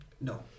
No